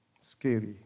Scary